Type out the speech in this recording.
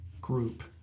group